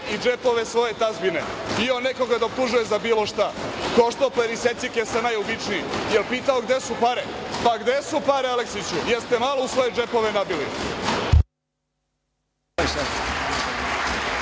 i džepove svoje tazbine. I on nekoga da optužuje za bilo šta. Hohštapler i secikesa najobičniji. Jel pitao gde su pare? Pa, gde su pare, Aleksiću? Jeste li malo u svoje džepove nabili?